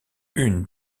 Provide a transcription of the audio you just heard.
une